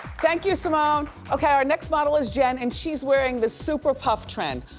thank you, simone. okay, our next model is jen and she's wearing the super puff trend.